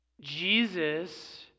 Jesus